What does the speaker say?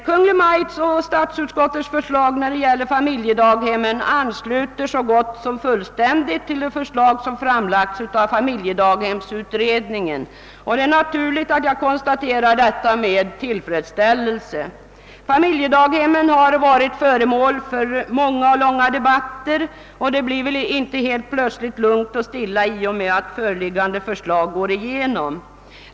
Kungl. Maj:ts och statsutskottets förslag — beträffande <familjedaghemmen ansluter sig så gott som fullständigt till det förslag som framlagts av familjedaghemsutredningen, och det är naturligt att jag konstaterar detta med tillfredsställelse. Familjedaghemmen har varit föremål för många och långa debatter, och det blir väl inte helt plötsligt lugnt och stilla i och med att det föreliggande förslaget går igenom.